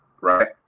right